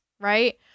right